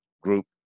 group